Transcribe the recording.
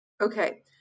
Okay